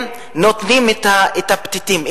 שהם נותנים את הפתיתים,